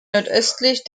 nordöstlich